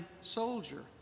soldier